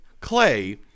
Clay